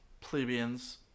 plebeians